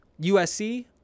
USC